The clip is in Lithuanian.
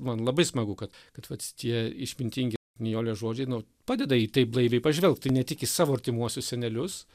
man labai smagu kad kad vat tie išmintingi nijolės žodžiai nu padeda į tai blaiviai pažvelgt ir ne tik į savo artimuosius senelius